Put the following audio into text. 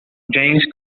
james